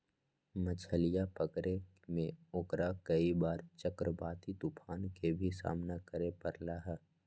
मछलीया पकड़े में ओकरा कई बार चक्रवाती तूफान के भी सामना करे पड़ले है